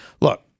Look